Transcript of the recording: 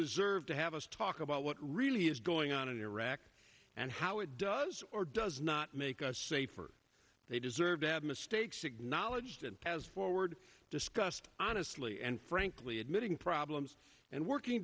deserve to have us talk about what really is going on in iraq and how it does or does not make us safer they deserve to have mistakes acknowledged and has forward discussed honestly and frankly admitting problems and working